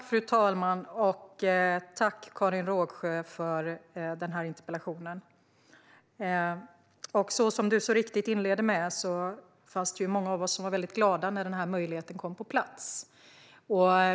Fru talman! Tack, Karin Rågsjö, för interpellationen! Som du så riktigt inleder med att säga var det många av oss som blev glada när denna möjlighet kom på plats.